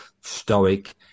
stoic